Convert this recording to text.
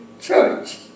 church